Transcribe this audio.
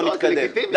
בוא נתקדם.